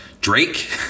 Drake